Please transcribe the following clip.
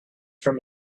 from